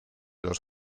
los